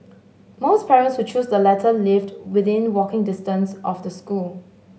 most parents who chose the latter lived within walking distance of the school